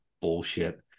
bullshit